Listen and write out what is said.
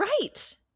Right